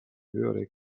höhere